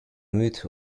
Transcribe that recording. myth